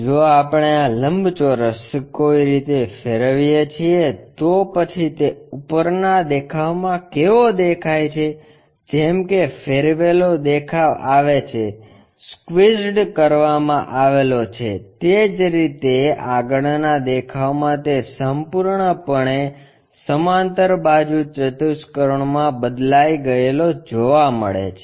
જો આપણે આ લંબચોરસ કોઈ રીતે ફેરવીએ છીએ તો પછી તે ઉપરના દેખાવમાં કેવો દેખાય છે જેમ કે ફેરવેલો દેખાવ આવે છે સ્ક્વિઝ્ડ કરવામાં આવેલો છે તે જ રીતે આગળના દેખાવમાં તે સંપૂર્ણપણે સમાંતર બાજુ ચતુષ્કોણ મા બદલાય ગયેલો જોવા મળે છે